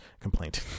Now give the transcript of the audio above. complaint